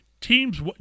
Teams